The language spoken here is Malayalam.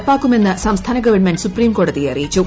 നടപ്പാക്കുമെന്ന് സംസ്ഥാന്റു ഗ്വൺമെന്റ് സുപ്രീംകോടതിയെ ആരിയിച്ചു